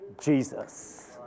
Jesus